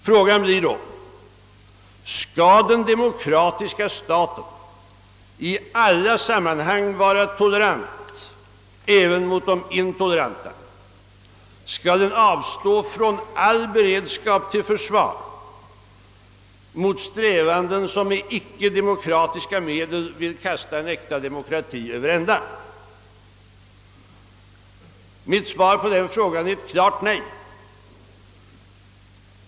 Och då blir frågan: Skall den demokratiska staten i alla sammanhang vara tolerant även mot de intoleranta? Skall den avstå från all beredskap för försvar mot grupper som med icke-demokratiska medel vill kasta en äkta demokrati över ända? Mitt svar på den frågan är ett klart nej.